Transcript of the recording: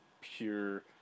pure